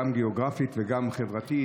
גם הגיאוגרפית וגם החברתית,